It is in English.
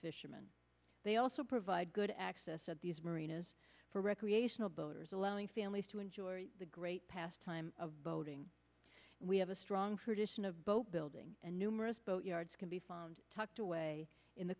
fisherman they also provide good access at these marinas for recreational boaters allowing families to enjoy the great pastime of boating we have a strong tradition of boat building and numerous boat yards can be found tucked away in the